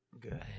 Good